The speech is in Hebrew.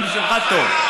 זה גם בשבילך טוב.